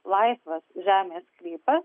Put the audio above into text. laisvas žemės sklypas